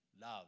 Love